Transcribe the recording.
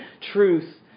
truth